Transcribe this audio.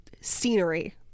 scenery